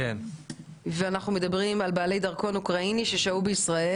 אנחנו מדברים על בעלי דרכון אוקראיני ששהו בישראל